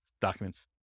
documents